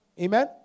Amen